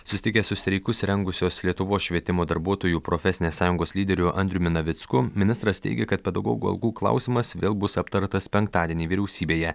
susitikęs su streikus rengusios lietuvos švietimo darbuotojų profesinės sąjungos lyderiu andriumi navicku ministras teigia kad pedagogų algų klausimas vėl bus aptartas penktadienį vyriausybėje